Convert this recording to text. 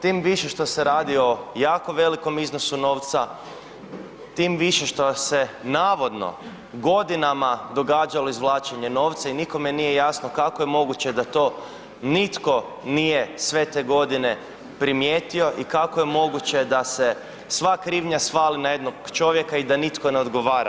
Tim više što se radi o jako velikom iznosu novca, tim više što se navodno godinama događalo izvlačenje novca i nikome nije jasno kako je moguće da to nitko nije sve te godine primijetio i kako je moguće da se sva krivnja svali na jednog čovjeka i da nitno ne odgovora.